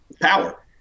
power